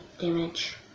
damage